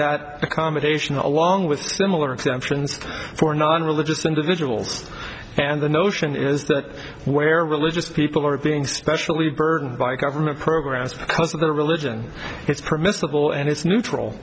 that accommodation along with similar exemptions for non religious individuals and the notion is that where religious people are being specially burdened by government programs because of their religion it's permissible and it's neutral